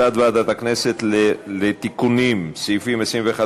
הצעת ועדת הכנסת לתיקון סעיפים 21,